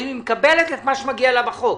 האם היא את מה שמגיע לה בחוק?